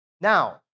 Now